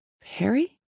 Perry